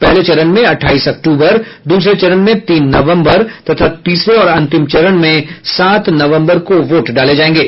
पहले चरण में अट्ठाईस अक्टूबर द्रसरे चरण में तीन नवम्बर तथा तीसरे और अंतिम चरण में सात नवम्बर को वोट डाले जायेंगे